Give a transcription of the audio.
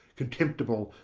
contemptible,